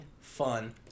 fun